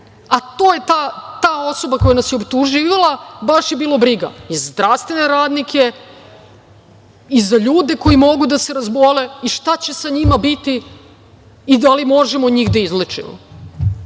je ta osoba koja nas je optuživala i baš je bilo briga i za zdravstvene radnike i za ljude koji mogu da se razbole i šta će sa njima biti i da li možemo njih da izlečimo. Dakle,